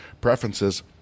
preferences